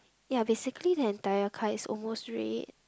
ya basically that tyre car is almost red